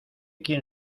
quién